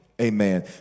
amen